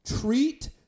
treat